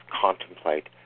contemplate